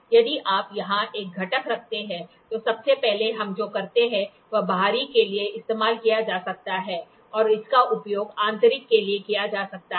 यदि आप यहां एक घटक रखते हैं तो सबसे पहले हम जो करते हैं वह बाहरी के लिए इस्तेमाल किया जा सकता है और इसका उपयोग आंतरिक के लिए किया जा सकता है